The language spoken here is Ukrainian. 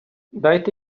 дайте